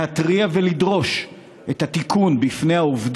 להתריע בפני העובדים,